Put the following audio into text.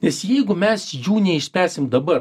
nes jeigu mes jų neišspręsim dabar